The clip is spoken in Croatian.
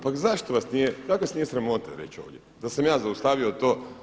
Pa kako vas nije sramota reći ovdje da sam ja zaustavio to.